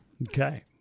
Okay